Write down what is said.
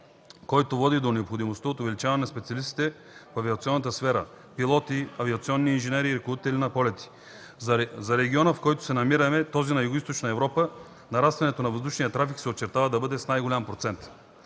който води до необходимостта от увеличаване на специалистите в авиационната сфера – пилоти, авиационни инженери и ръководители на полети. За региона, в който се намираме – този на Югоизточна Европа, нарастването на въздушния трафик се очертава да бъде с най-голям процент.